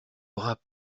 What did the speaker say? bras